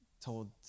told